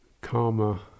karma